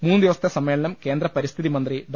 മൂന്നു ദിവ സത്തെ സമ്മേളനം കേന്ദ്ര പരിസ്ഥിതി മന്ത്രി ഡോ